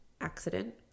accident